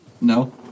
No